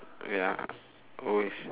ya always